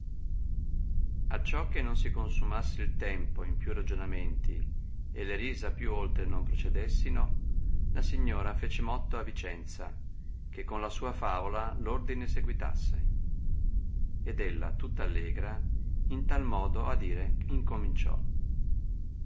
acciò che non si consumasse il tempo in più ragionamenti e le risa più oltre non procedessino la signora fece motto a vicenza che con la sua favola ordine seguitasse ed ella tutta allesra in tal modo a dire incominciò